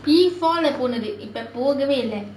P four leh போனது இப்போ போகவே இல்லை:ponathu ippo poogavae illai